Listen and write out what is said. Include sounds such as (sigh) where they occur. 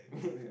(laughs)